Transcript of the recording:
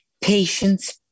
Patience